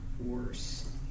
Worse